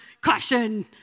caution